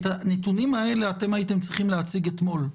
את הנתונים האלה אתם הייתם צריכים להציג אתמול.